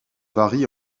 varie